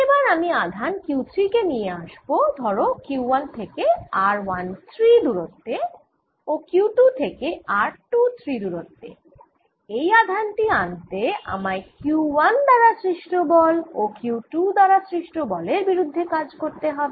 এবার আমি আধান Q3 কে নিয়ে আসব ধরো Q1 থেকে r13 দূরত্বে ও Q2 থেকে r23 দূরত্বে এই আধান টি আনতে আমায় Q1 দ্বারা সৃষ্ট বল ও Q2 দ্বারা সৃষ্ট বলের বিরুদ্ধে কাজ করতে হবে